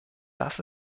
das